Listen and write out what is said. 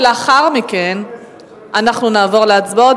ולאחר מכן אנחנו נעבור להצבעות.